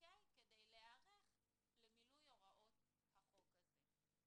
כדי להיערך למילוי הוראות החוק הזה,